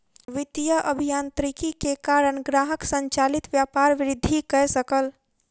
वित्तीय अभियांत्रिकी के कारण ग्राहक संचालित व्यापार वृद्धि कय सकल